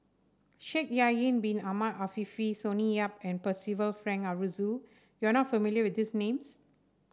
Shaikh Yahya Bin Ahmed Afifi Sonny Yap and Percival Frank Aroozoo you are not familiar with these names